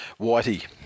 Whitey